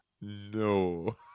No